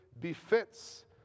befits